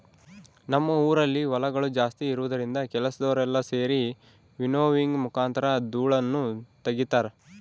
ನಮ್ಮ ಊರಿನಲ್ಲಿ ಹೊಲಗಳು ಜಾಸ್ತಿ ಇರುವುದರಿಂದ ಕೆಲಸದವರೆಲ್ಲ ಸೆರಿ ವಿನ್ನೋವಿಂಗ್ ಮುಖಾಂತರ ಧೂಳನ್ನು ತಗಿತಾರ